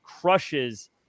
crushes